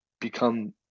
become